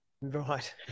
Right